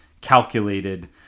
calculated